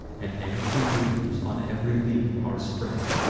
and empty dreams on ev'ry leaf are spread.